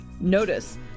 Notice